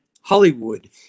Hollywood